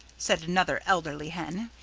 said another elderly hen,